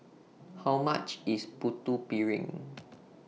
How much IS Putu Piring